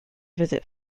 visit